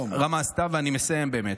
רמזת, ואני מסיים באמת.